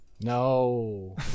no